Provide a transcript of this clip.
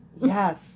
Yes